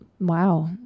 wow